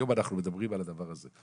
היום אנחנו מדברים על הדבר הזה.